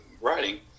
writing